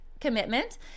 commitment